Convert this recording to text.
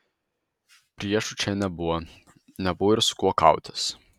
priešų čia nebuvo nebuvo ir su kuo kautis